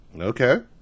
Okay